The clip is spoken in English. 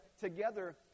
together